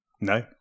No